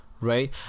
right